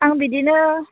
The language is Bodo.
आं बिदिनो